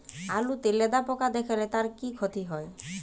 আলুতে লেদা পোকা দেখালে তার কি ক্ষতি হয়?